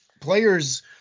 players